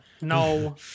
No